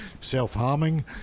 self-harming